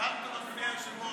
אדוני היושב-ראש.